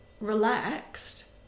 relaxed